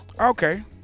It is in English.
Okay